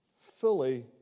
Fully